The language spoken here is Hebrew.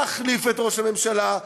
להחליף את ראש הממשלה,